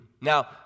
Now